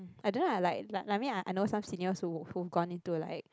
I don't have like like me ah I know some seniors who who gone into like